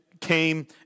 came